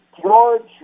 George